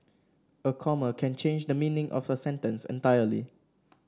a comma can change the meaning of a sentence entirely